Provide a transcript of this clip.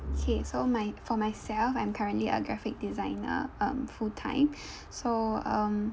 okay so my for myself I'm currently a graphic designer um full time so um